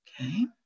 okay